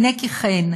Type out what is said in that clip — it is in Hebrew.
הינה כי כן,